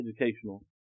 educational